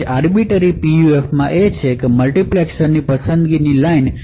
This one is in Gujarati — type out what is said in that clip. આર્બીટર PUFમાં મલ્ટિપ્લેક્સર્સની સિલેક્ટ લાઇન ચેલેંજ છે